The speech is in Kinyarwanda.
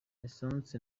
essence